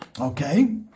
Okay